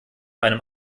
einem